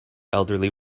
elderly